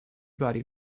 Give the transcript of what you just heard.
body